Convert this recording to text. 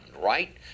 right